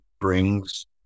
brings